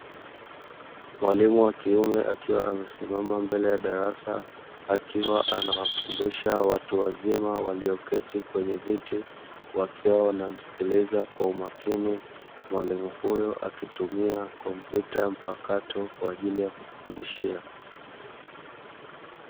Mwalimu wa kiume, akiwa amesimama mbele ya darasa akiwa anawafundisha watu wazima walioketi kwenye viti wakiwa wanamsikiliza kwa umakini, mwalimu huyo akitumia kompyuta mpakato kwa ajili ya kufundishia.